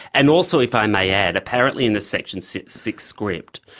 and also, if i may add, apparently in the section six six script,